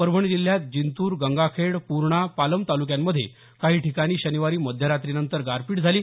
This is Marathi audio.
परभणी जिल्ह्यात जिंतूर गंगाखेड पूर्णा पालम तालुक्यांमध्ये काही ठिकाणी शनिवारी मध्यरात्रीनंतर गारपीट झाली